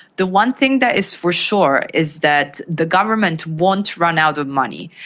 the one thing that is for sure is that the government won't run out of money.